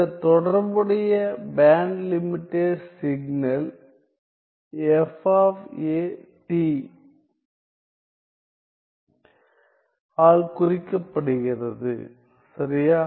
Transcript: இந்த தொடர்புடைய band limited signal ஆல் குறிக்கப்படுகிறது சரியா